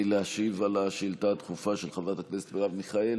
להשיב על השאילתה הדחופה של חברת הכנסת מרב מיכאלי.